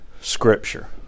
Scripture